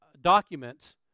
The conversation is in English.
documents